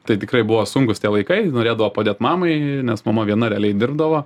tai tikrai buvo sunkūs tie laikai norėdavo padėt mamai nes mama viena realiai dirbdavo